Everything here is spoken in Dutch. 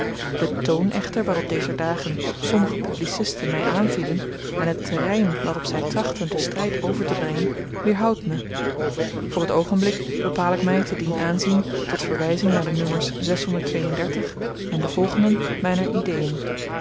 de toon echter waarop dezer dagen sommige publicisten my aanvielen en het terrein waarop zy trachtten den stryd overtebrengen weerhoudt me voor t oogenblik bepaal ik my te dien aanzien tot verwyzing naar de nummers en den volgenden myn ideeën